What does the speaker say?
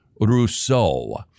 Rousseau